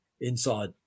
inside